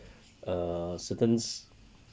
uh certains